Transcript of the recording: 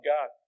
God